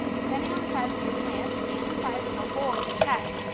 depending on the size of your plants and the size of the hole in your tech,